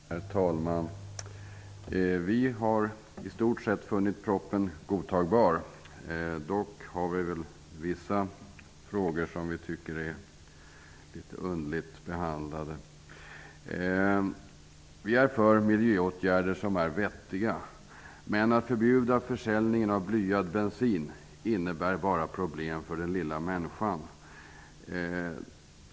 Herr talman! Vi i Ny demokrati har i stort sett funnit propositionen godtagbar. Vi tycker dock att vissa frågor har behandlats på ett något underligt sätt. Vi är för miljöåtgärder som är vettiga. Att förbjuda försäljningen av blyad bensin innebär bara problem för den lilla människan.